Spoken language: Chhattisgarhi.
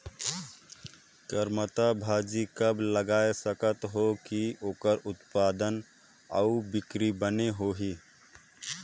करमत्ता भाजी कब लगाय सकत हो कि ओकर उत्पादन अउ बिक्री बने होही?